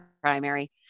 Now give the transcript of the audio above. primary